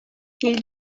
ils